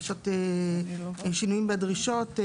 שינויים בדרישות.